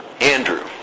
Andrew